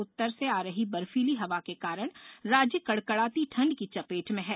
उत्तर से आ रही बर्फीली हवा के कारण राज्य कड़कड़ाती ठंड की चपेट में है